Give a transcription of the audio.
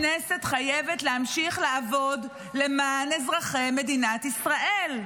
הכנסת חייבת להמשיך לעבוד למען אזרחי מדינת ישראל.